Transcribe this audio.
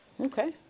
Okay